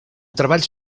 treballs